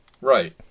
Right